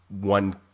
one